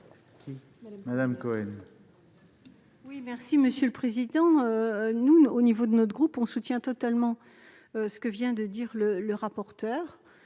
Madame Cohen,